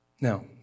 Now